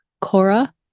Cora